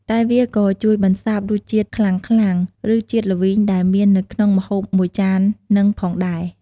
តែវាក៏ជួយបន្សាបរសជាតិខ្លាំងៗ ឬជាតិល្វីងដែលមាននៅក្នុងម្ហូបមួយចាននឹងផងដែរ។